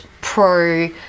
pro